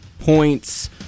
points